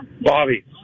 Bobby